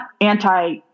anti